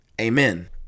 amen